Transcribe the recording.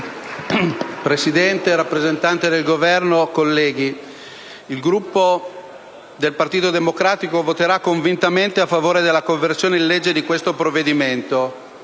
Presidente, rappresentante del Governo, onorevoli colleghi, il Gruppo del Partito Democratico voterà convintamente a favore della conversione in legge di questo provvedimento.